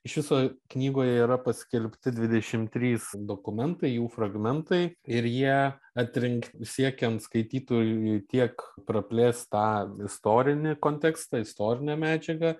iš viso knygoje yra paskelbti dvidešim trys dokumentai jų fragmentai ir jie atrink siekiant skaitytojui tiek praplėst tą istorinį kontekstą istorinę medžiagą